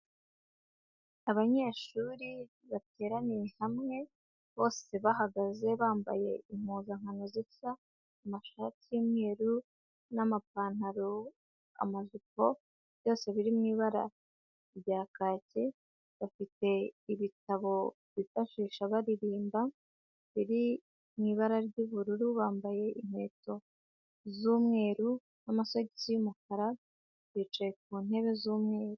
Abanyeshuri bateraniye hamwe bose bahagaze, bambaye impuzankano zisa, amashati y'umweru n'amapantaro, amajipo, byose biri mu ibara rya kacye, bafite ibitabo bifashisha baririmba, birimo ibara ry'ubururu, bambaye inkweto z'umweru n'amasogisi y'umukara, bicaye ku ntebe z'umweru.